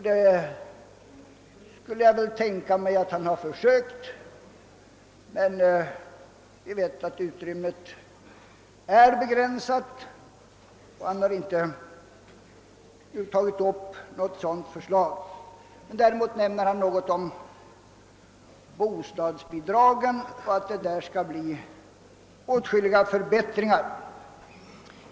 Det skulle jag väl tänka mig att han har försökt, men vi vet att utrymmet är begränsat, och han har inte tagit med något sådant förslag. Däremot nämner han bostadsbidragen och framhåller att det i fråga om dessa skall bli åtskilliga förbättringar.